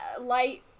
Light